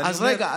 אז רגע,